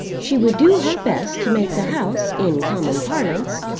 she would do her best to make the house, in common parlance,